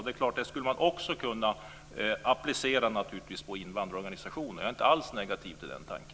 Det skulle naturligtvis också kunna appliceras på invandrarorganisationerna. Jag är inte alls negativ till den tanken.